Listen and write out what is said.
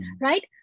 right